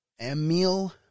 Emil